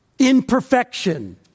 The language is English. Imperfection